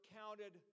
counted